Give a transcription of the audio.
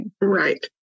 Right